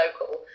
local